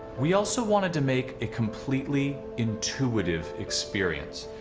we also wanted to make a completely intuitive experience,